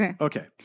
Okay